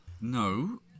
No